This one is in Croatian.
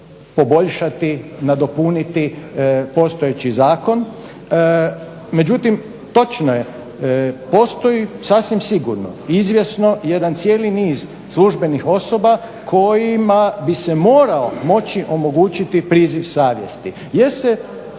poboljšati, nadopuniti postojeći zakon. Međutim točno je, postoji sasvim sigurno i izvjesno jedan cijeli niz službenih osoba kojima bi se morao moći omogućiti priziv savjesti